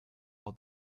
all